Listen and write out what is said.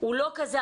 הוא לא כזה,